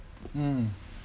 mm